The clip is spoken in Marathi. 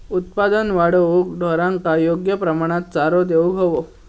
उत्पादन वाढवूक ढोरांका योग्य प्रमाणात चारो देऊक व्हयो